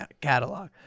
catalog